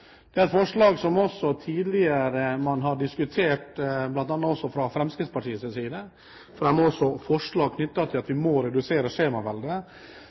Det er et forslag som man også tidligere har diskutert, bl.a. fra Fremskrittspartiets side. Vi har også fremmet forslag knyttet til å redusere skjemaveldet.